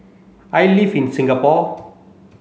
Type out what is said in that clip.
I live in Singapore